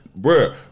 Bruh